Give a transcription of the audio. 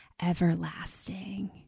everlasting